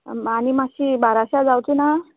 आनी मात्शी बाराश्यां जावचीना